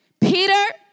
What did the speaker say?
Peter